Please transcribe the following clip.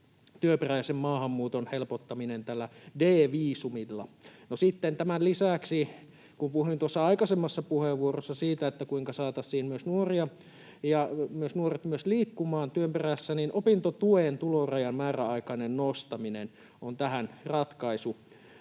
työperäisen maahanmuuton helpottaminen tällä D-viisumilla. No, sitten tämän lisäksi, kun puhuin tuossa aikaisemmassa puheenvuorossa siitä, kuinka saataisiin nuoret myös liikkumaan työn perässä, niin opintotuen tulorajan määräaikainen nostaminen on tähän ratkaisu.